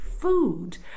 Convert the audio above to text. food